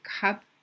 cup